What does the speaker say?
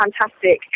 fantastic